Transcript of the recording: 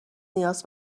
نیاز